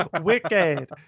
wicked